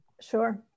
Sure